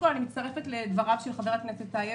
אני מצטרפת לדבריו של חבר הכנסת טייב.